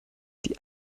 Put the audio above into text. die